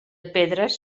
pedres